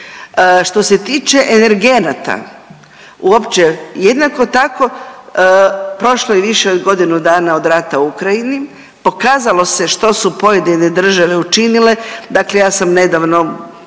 Što se tiče energenata uopće jednako tako prošlo je više od godinu dana od rata u Ukrajini, pokazalo se što su pojedine države učinile. Dakle, ja sam nedavno